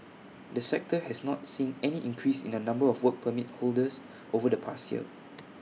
the sector has not seen any increase in the number of Work Permit holders over the past year